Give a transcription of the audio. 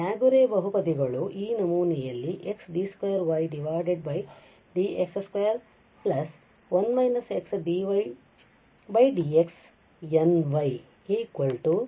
Laguerre ಬಹುಪದಿಗಳು ಈ ನಮೂನೆಯಲ್ಲಿ x d 2y dx 2 1 − x dy dx ny 0